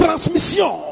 Transmission